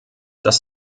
das